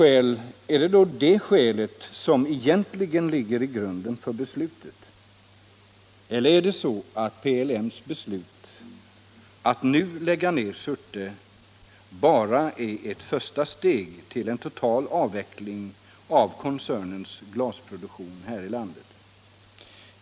Är det då det skälet som egentligen ligger i grunden för beslutet? Eller är det så att PLM:s beslut att nu lägga ned Surte glasbruk bara är första steget till en total avveckling av koncernens glasproduktion här i landet?